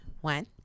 One